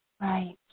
Right